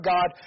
God